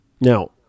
Now